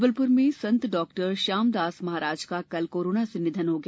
जबलपुर में संत डॉ श्यामदास महाराज का कल कोरोना से निधन हो गया